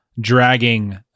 dragging